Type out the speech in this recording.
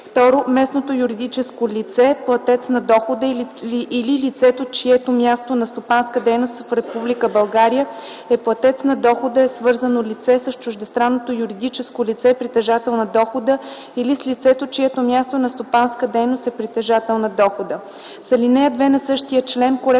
ЕС; - местното юридическо лице – платец на дохода, или лицето, чието място на стопанска дейност в Република България е платец на дохода, е свързано лице с чуждестранното юридическо лице – притежател на дохода, или с лицето, чието място на стопанска дейност е притежател на дохода. С ал. 2 на същия член